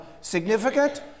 significant